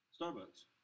Starbucks